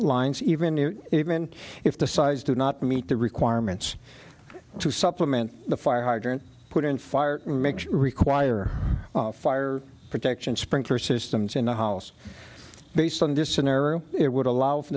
lines even even if the size do not meet the requirements to supplement the fire hydrant put in fire make sure require fire protection sprinkler systems in the house based on this scenario it would allow for